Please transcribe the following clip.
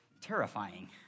terrifying